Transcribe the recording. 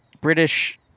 British